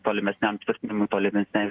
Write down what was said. tolimesniam tvirtinimu tolimesnei